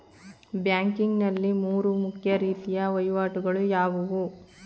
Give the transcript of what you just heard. Banking ನಲ್ಲಿ ಮೂರು ಮುಖ್ಯ ರೀತಿಯ ವಹಿವಾಟುಗಳು ಯಾವುವು?